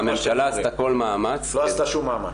הממשלה עשתה כל מאמץ -- לא עשתה שום מאמץ,